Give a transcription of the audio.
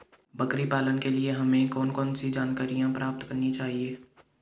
बकरी पालन के लिए हमें कौन कौन सी जानकारियां प्राप्त करनी चाहिए?